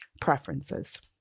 preferences